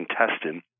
intestine